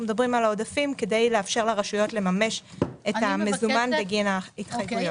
מדברים על העודפים כדי לאפשר לרשויות לממש את המזומן בגין ההתחייבויות.